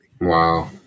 Wow